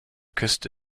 küste